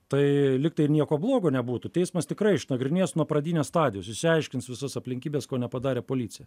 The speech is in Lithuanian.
tai lyg tai ir nieko blogo nebūtų teismas tikrai išnagrinės nuo pradinės stadijos išsiaiškins visas aplinkybes ko nepadarė policija